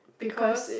because